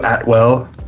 atwell